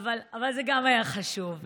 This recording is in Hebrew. גם זה היה חשוב.